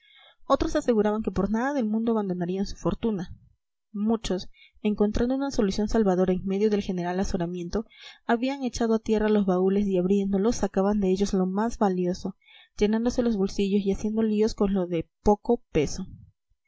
otros aseguraban que por nada del mundo abandonarían su fortuna muchos encontrando una solución salvadora en medio del general azoramiento habían echado a tierra los baúles y abriéndolos sacaban de ellos lo más valioso llenándose los bolsillos y haciendo líos con lo de poco peso